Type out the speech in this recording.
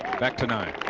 back to nine.